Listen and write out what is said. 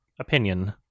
opinion